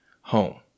home